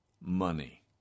money